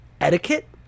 etiquette